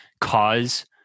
cause